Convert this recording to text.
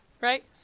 right